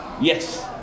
yes